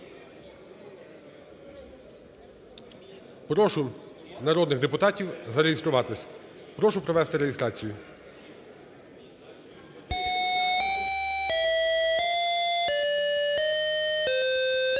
Прошу народних депутатів зареєструватися. Прошу провести реєстрацію. 16:02:32